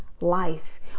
life